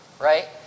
right